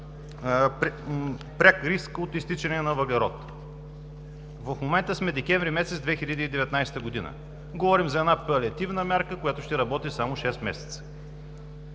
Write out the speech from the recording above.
пряк риск от изтичане на въглерод. В момента сме месец декември 2019 г. Говорим за една палиативна мярка, която ще работи само шест месеца.